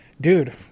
Dude